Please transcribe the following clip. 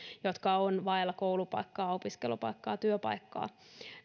jotka ovat vailla koulupaikkaa opiskelupaikkaa työpaikkaa